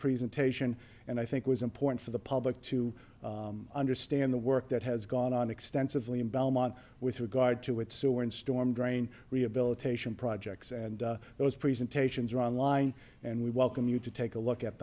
presentation and i think was important for the public to understand the work that has gone on extensively in belmont with regard to its sewer and storm drain rehabilitation projects and those presentations are on line and we welcome you to take a look at